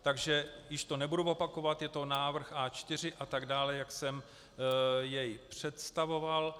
Takže již to nebudu opakovat je to návrh A4 atd., jak jsem jej představoval.